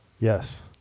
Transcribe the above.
Yes